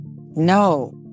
No